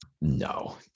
No